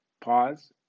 Pause